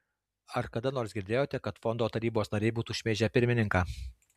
ar kada nors girdėjote kad fondo tarybos nariai būtų šmeižę pirmininką